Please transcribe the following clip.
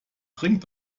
trinkt